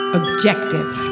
objective